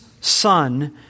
son